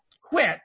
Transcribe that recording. quit